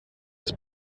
des